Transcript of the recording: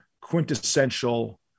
quintessential